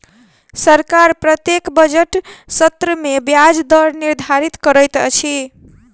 सरकार प्रत्येक बजट सत्र में ब्याज दर निर्धारित करैत अछि